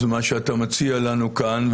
זה מה שאתה מציע לנו כאן,